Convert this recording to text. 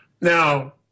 Now